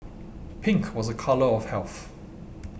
pink was a colour of health